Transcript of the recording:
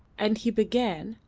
and he began,